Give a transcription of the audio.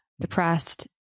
depressed